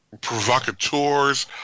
provocateurs